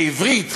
לומדים עברית,